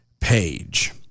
page